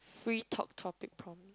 free talk topics prompt